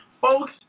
Folks